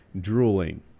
drooling